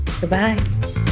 Goodbye